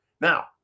Now